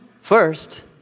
first